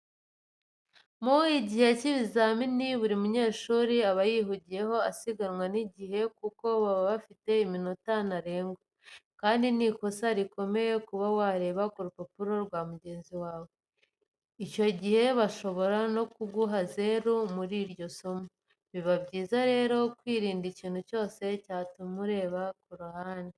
Mu gihe cy'ibizamini buri mu nyeshuri aba yihugiyeho asiganwa n'igihe kuko baba bafite iminota ntarengwa, kandi ni n'ikosa rikomeye kuba wareba ku rupapuro rwa mugenzi wawe, icyo gihe bashobora no ku guha zeru muri iryo somo. Biba byiza rero kwirinda ikintu cyose cyatuma ureba ku ruhande.